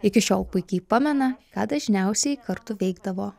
iki šiol puikiai pamena ką dažniausiai kartu veikdavo